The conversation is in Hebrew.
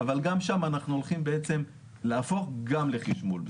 אבל גם שם אנחנו הולכים להפוך גם לחישמול.